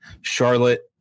Charlotte